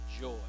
joy